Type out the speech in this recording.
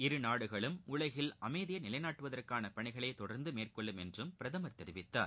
இரு நாடுகளும் உலகில் அமைதியை நிலைநாட்டுவதற்கான பணிகளை தொடர்ந்து மேற்கொள்ளும் என்றம் பிரதமர் தெரிவித்தார்